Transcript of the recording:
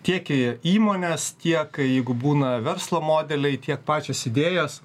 tiek į įmones tiek jeigu būna verslo modeliai tiek pačios idėjos